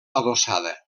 adossada